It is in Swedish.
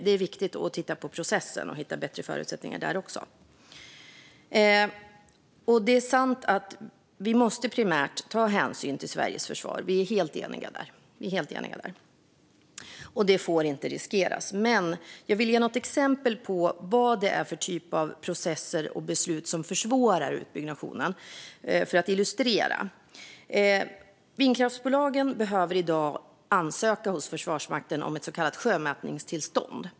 Det är viktigt att titta på processen och hitta bättre förutsättningar också där. Det är sant att vi primärt måste ta hänsyn till Sveriges försvar. Vi är helt eniga där. Det får inte riskeras. Men jag vill ge ett exempel på vad det är för typ av processer och beslut som försvårar utbyggnaden. Vindkraftsbolagen behöver i dag ansöka hos Försvarsmakten om ett så kallat sjömätningstillstånd.